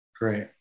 Great